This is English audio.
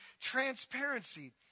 transparency